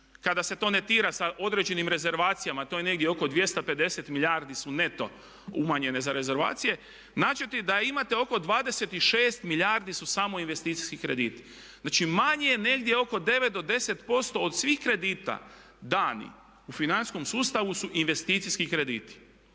kada se to netira sa određenim rezervacijama to je negdje oko 250 milijardi su neto umanjene za rezervacije, naći ćete da imate oko 26 milijardi su samo investicijski krediti. Znači manje, negdje oko 9 do 10% od svih kredita danih u financijskom sustavu su investicijski krediti.